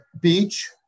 beach